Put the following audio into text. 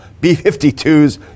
B-52s